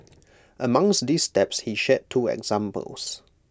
amongst these steps he shared two examples